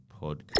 podcast